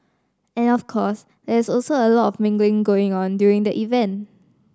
and of course there is also a lot of mingling going on during the event